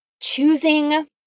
Choosing